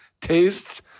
tastes